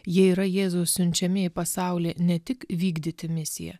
jie yra jėzus siunčiami į pasaulį ne tik vykdyti misiją